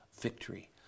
victory